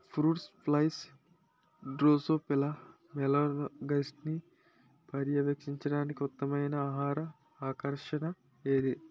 Fruit flies Drosophila మెలనోగాస్టర్ని పర్యవేక్షించడానికి ఉత్తమమైన ఆహార ఆకర్షణ ఏది?